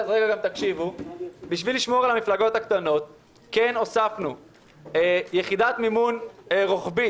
אז בואו תקשיבו לרגע כן הוספנו יחידת מימון רוחבית,